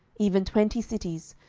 even twenty cities,